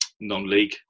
non-league